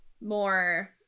more